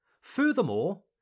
Furthermore